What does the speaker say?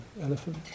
elephant